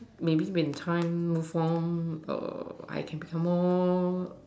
maybe when time move on I can become more